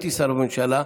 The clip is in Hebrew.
הייתי שר בממשלה,